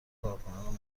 کارکنان